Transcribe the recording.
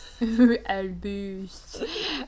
Albus